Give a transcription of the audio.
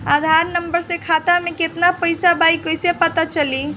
आधार number से खाता में केतना पईसा बा ई क्ईसे पता चलि?